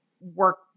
work